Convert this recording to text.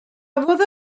cafodd